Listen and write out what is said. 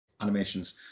animations